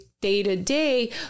day-to-day